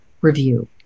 review